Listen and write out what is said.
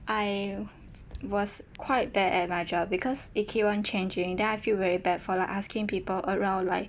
I was quite bad at my job because it keep on changing so I feel very bad for like asking people around like